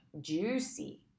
juicy